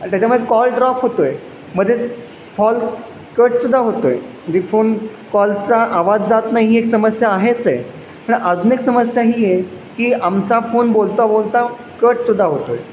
आणि त्याच्यामुळे call drop होतो आहे मध्येच फॉल कटसुद्धा होतो आहे म्हणजे फोन कॉलचा आवाज जात नाही ही एक समस्या आहेच आहे पण अजून एक समस्या ही आहे की आमचा फोन बोलता बोलता कटसुद्धा होतो आहे